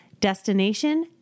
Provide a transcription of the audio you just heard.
Destination